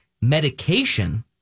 medication